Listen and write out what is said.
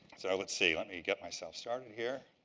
so let's see. let me get myself started here.